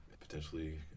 potentially